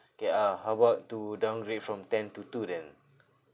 K uh how about to downgrade from ten to two then